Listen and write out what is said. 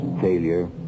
failure